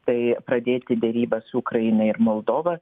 tai pradėti derybas su ukraina ir moldova